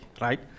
right